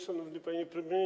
Szanowny Panie Premierze!